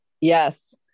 Yes